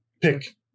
Pick